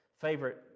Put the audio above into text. favorite